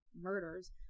murders